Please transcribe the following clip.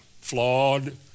Flawed